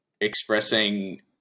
expressing